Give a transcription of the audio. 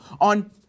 on